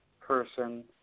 person